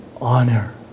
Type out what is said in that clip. honor